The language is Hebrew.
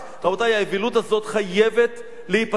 רבותי, האווילות הזאת חייבת להיפסק.